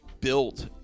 built